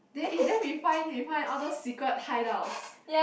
then eh then we find we find all those secret hideouts